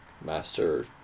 Master